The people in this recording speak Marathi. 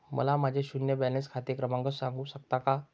मला माझे शून्य बॅलन्स खाते क्रमांक सांगू शकता का?